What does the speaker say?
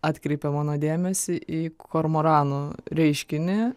atkreipė mano dėmesį į kormoranų reiškinį